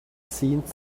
seemed